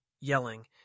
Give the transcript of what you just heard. yelling